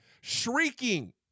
shrieking